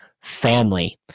family